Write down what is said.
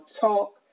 talk